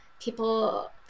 people